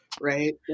right